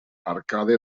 arcade